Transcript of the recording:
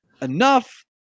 Enough